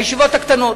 הישיבות הקטנות.